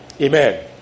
Amen